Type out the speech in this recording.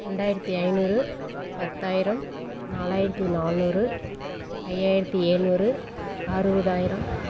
ரெண்டாயிரத்து ஐநூறு பத்தாயிரம் நாலாயிரத்து நானூறு ஐயாயிரத்து எழுநூறு அறுபதாயிரம்